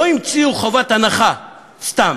לא המציאו חובת הנחה סתם.